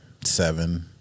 seven